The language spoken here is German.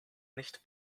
nicht